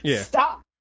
Stop